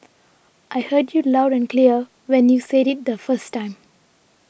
I heard you loud and clear when you said it the first time